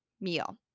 meal